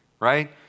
right